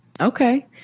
Okay